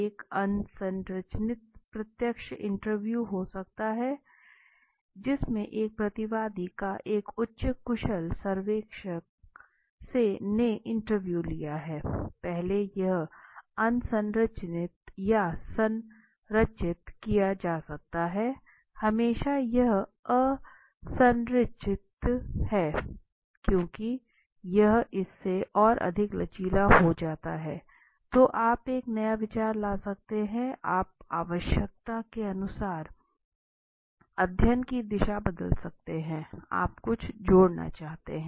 एक असंरचित प्रत्यक्ष व्यक्ति इंटरव्यू हो सकता है जिसमें एक प्रतिवादी का एक उच्च कुशल सर्वेक्षक ने इंटरव्यू लिया है पहले यह असंरचित या संरचित किया जा सकता है हमेशा यह असंरचित है क्योंकि यह इससे और अधिक लचीला हो जाता है तो आप एक नया विचार ला सकता है आप आवश्यकता के अनुसार अध्ययन की दिशा बदल सकते हैं आप कुछ जोड़ना चाहता है